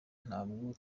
ntabwo